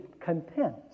content